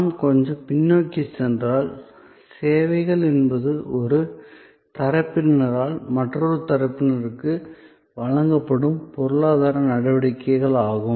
நாம் கொஞ்சம் பின்னோக்கிச் சென்றால் சேவைகள் என்பது ஒரு தரப்பினரால் மற்றொரு தரப்பினருக்கு வழங்கப்படும் பொருளாதார நடவடிக்கைகள் ஆகும்